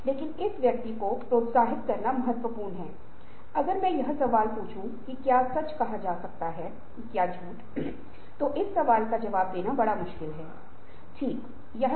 आंतरिक वातावरण आंतरिक स्थिति यह है कि व्यक्तिगत प्रदर्शन में गिरावट आ रही है और इनाम प्रणाली कम है इसलिए यह आंतरिक सिस्टम है